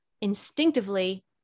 instinctively